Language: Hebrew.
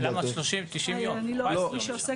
אני לא מי שעוסקת בזה.